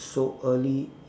so early